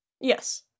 Yes